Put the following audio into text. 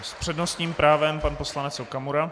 S přednostním právem pan poslanec Okamura.